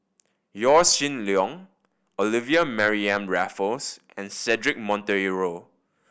Yaw Shin Leong Olivia Mariamne Raffles and Cedric Monteiro